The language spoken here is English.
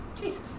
Jesus